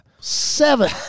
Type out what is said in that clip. seven